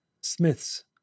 smiths